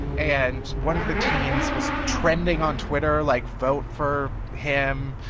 and one of the teens was trending on twitter, like, vote for him.